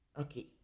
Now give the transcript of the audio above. okay